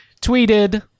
tweeted